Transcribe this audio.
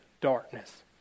darkness